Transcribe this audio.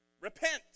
repent